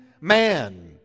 man